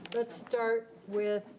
let's start with